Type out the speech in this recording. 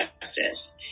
justice